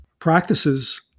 Practices